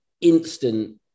instant